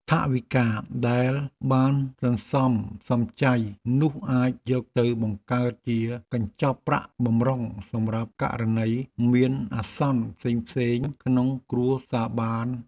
ថវិកាដែលបានសន្សំសំចៃនោះអាចយកទៅបង្កើតជាកញ្ចប់ប្រាក់បម្រុងសម្រាប់ករណីមានអាសន្នផ្សេងៗក្នុងគ្រួសារបាន។